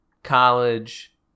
college